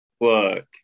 Look